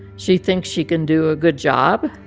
she thinks she can do a good job.